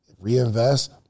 Reinvest